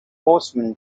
horseman